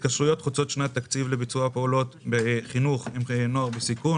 התקשרויות החוצות שנת תקציב לביצוע פעולות חינוך עם נוער בסיכון,